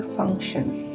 functions